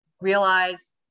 realize